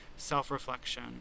self-reflection